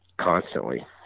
constantly